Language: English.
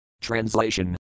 Translation